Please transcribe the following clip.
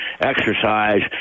exercise